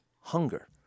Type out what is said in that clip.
hunger